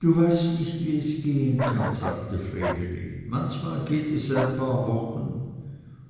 du weißt nicht wie es gehen kann sagte vreneli manchmal geht es ein paar wochen